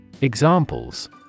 Examples